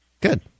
Good